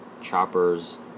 choppers